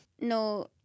No